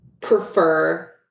prefer